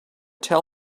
tell